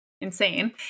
insane